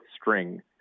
string